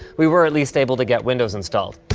we were at least able to get windows installed.